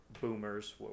boomers